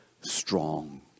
strong